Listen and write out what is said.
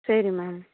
சரி மேம்